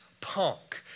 punk